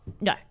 no